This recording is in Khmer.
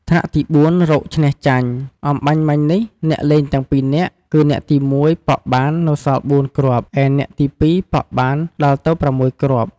ថ្នាក់ទី៤ រកឈ្នះចាញ់ អម្បាញ់មិញនេះអ្នកលេងទាំងពីរនាក់ គឺអ្នកទី១ ប៉ក់បាននៅសល់ ៤ គ្រាប់ ឯអ្នកទី២ ប៉ក់បានដល់ទៅ ៦ គ្រាប់។